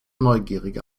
neugierige